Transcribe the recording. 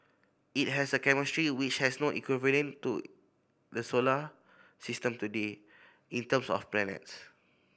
it has a chemistry which has no equivalent to the solar system today in terms of planets